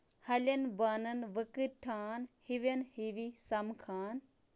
ہَلیٚن بَانن وٕکٕرۍ ٹھانڈ ہِوین ہِوی سَمکھان